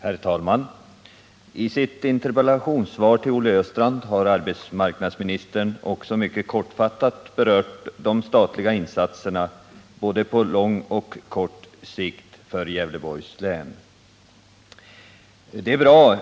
Herr talman! I sitt interpellationssvar till Olle Östrand har arbetsmarknadsministern också mycket kortfattat berört de statliga insatserna på både kort och lång sikt för Gävleborgs län. Nr 113 Det är bra